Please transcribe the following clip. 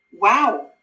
wow